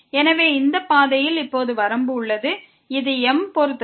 எனவே இந்த பாதையில் இப்போது வரம்பு உள்ளது இது m பொறுத்தது